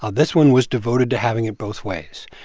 ah this one was devoted to having it both ways.